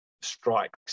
strikes